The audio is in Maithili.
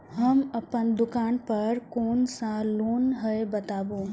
हम अपन दुकान पर कोन सा लोन हैं बताबू?